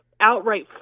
outright